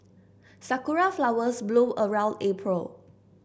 sakura flowers bloom around April